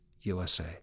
USA